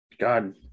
God